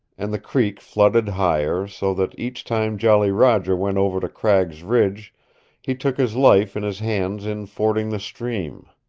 and the creek flooded higher, so that each time jolly roger went over to cragg's ridge he took his life in his hands in fording the stream.